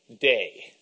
day